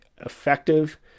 effective